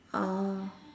oh